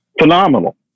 phenomenal